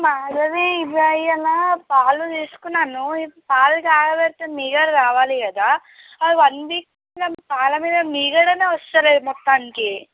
మాధవి ఇలా ఇవాళ్ళ పాలు తీసుకున్నాను పాలు కాచ పెడితే మీగడ రావాలి కదా అది వన్ వీక్ నుండి పాల మీద మిగడే వస్తలేదు మొత్తానికి